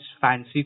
fancy